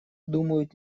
думают